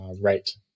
rate